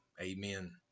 Amen